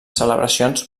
celebracions